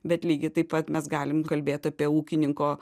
bet lygiai taip pat mes galim kalbėt apie ūkininko